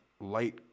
light